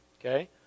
okay